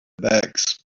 bags